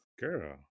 girl